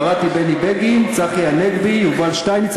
קראתי: בני בגין, צחי הנגבי, יובל שטייניץ.